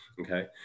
okay